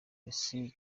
ese